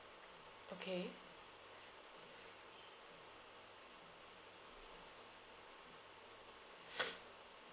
okay